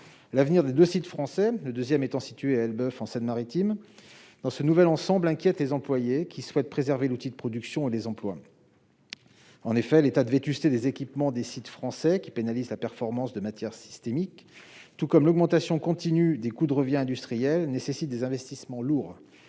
L'avenir des deux sites français- le deuxième étant situé à Elbeuf, en Seine-Maritime -dans ce nouvel ensemble inquiète les employés, qui souhaitent préserver l'outil de production et les emplois. En effet, l'état de vétusté des équipements des sites français, qui pénalise la performance de manière systémique, tout comme l'augmentation continue des coûts de revient industriels, nécessite des investissements lourds.